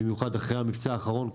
במיוחד אחרי המבצע האחרון,